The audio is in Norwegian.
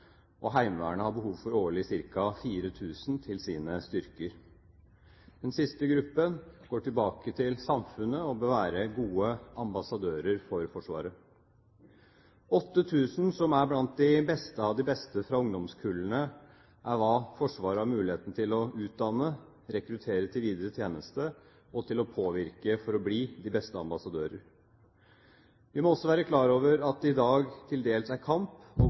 og Heimevernet har behov for årlig ca. 4 000 til sine styrker. Den siste gruppen går tilbake til samfunnet, og bør være gode ambassadører for Forsvaret. 8 000, som er de beste av de beste fra ungdomskullene, er hva Forsvaret har mulighet til å utdanne, rekruttere til videre tjeneste og påvirke for å bli de beste ambassadører. Vi må også være klar over at det i dag til dels er kamp